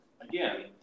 again